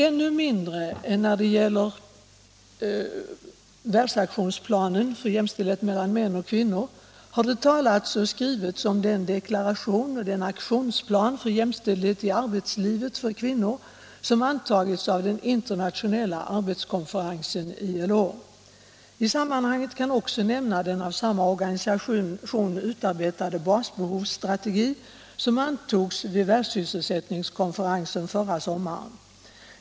Ännu mindre än när det gäller världsaktionsplanen för jämställdhet mellan män och kvinnor har det talats och skrivits om den deklaration och aktionsplan för jämställdhet i arbetslivet för kvinnor som antagits av den internationella arbetskonferensen. I sammanhanget kan också nämnas den av samma organisation utarbetade basbehovsstrategi som antogs vid världssysselsättningskonferensen förra sommaren.